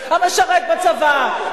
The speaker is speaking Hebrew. המשרת בצבא,